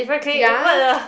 ya